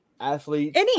Athletes